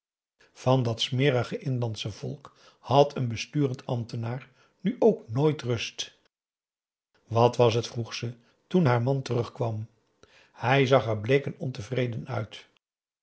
van dat smerige inlandsche volk had een besturend ambtenaar nu ook nooit rust wat was het vroeg ze toen haar man terugkwam hij zag er bleek en ontevreden uit